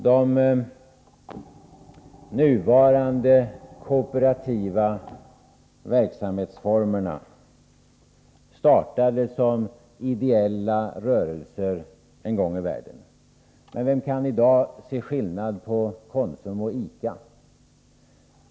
De nuvarande kooperativa verksamhetsformerna startades som ideella rörelser en gång i världen. Vem kan i dag se någon skillnad på Konsum och Ica.